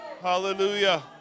Hallelujah